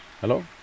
Hello